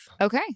Okay